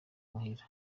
muhira